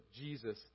Jesus